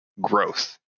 growth